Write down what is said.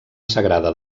sagrada